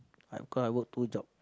because I work two job